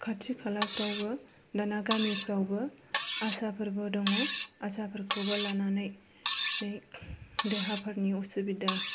खाथि खालाफ्रावबो दानिया गामिफ्रावबो आसाफोरबो दङ आसाफोरखौबो लानानै देहाफोरनि असुबिदा